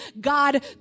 God